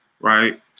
right